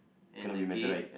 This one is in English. and the gate